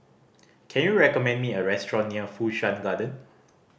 can you recommend me a restaurant near Fu Shan Garden